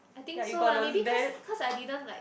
I think so lah maybe because because I didn't like